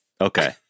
Okay